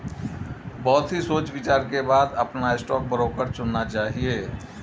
बहुत ही सोच विचार के बाद अपना स्टॉक ब्रोकर चुनना चाहिए